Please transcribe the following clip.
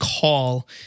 call